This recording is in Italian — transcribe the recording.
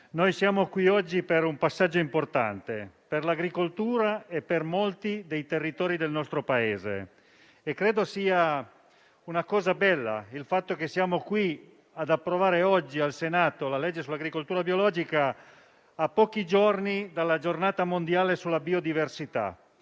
noi siamo qui oggi per un passaggio importante per l'agricoltura e per molti territori del nostro Paese. Credo sia una cosa bella il fatto che siamo qui ad approvare al Senato la legge sull'agricoltura biologica a pochi giorni dalla Giornata mondiale sulla biodiversità.